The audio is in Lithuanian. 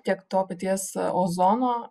tiek to paties ozono